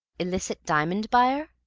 illicit diamond buyer?